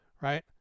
Right